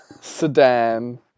sedan